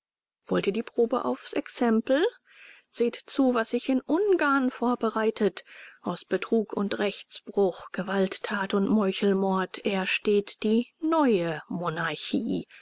ihr die probe aufs exempel seht zu was sich in ungarn vorbereitet aus betrug und rechtsbruch gewalttat und meuchelmord ersteht die neue monarchie